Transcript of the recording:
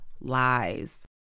lies